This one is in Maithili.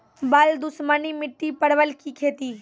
बल दुश्मनी मिट्टी परवल की खेती?